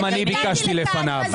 גם אני ביקשתי לפניו.